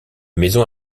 maison